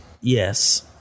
Yes